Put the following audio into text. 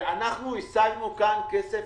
אנחנו השגנו כאן כסף,